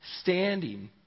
standing